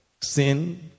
sin